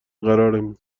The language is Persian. قرارمون